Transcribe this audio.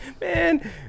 Man